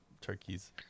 turkey's